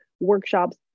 workshops